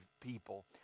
people